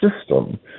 system